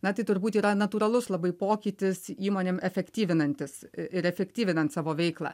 na tai turbūt yra natūralus labai pokytis įmonėm efektyvinantis ir efektyvinant savo veiklą